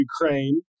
Ukraine